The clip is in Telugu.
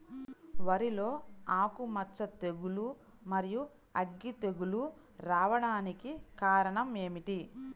వరిలో ఆకుమచ్చ తెగులు, మరియు అగ్గి తెగులు రావడానికి కారణం ఏమిటి?